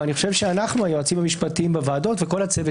אבל אני חושב שאנחנו היועצים המשפטיים בוועדות וכל הצוות